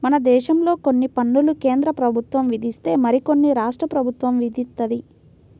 మనదేశంలో కొన్ని పన్నులు కేంద్రప్రభుత్వం విధిస్తే మరికొన్ని రాష్ట్ర ప్రభుత్వం విధిత్తది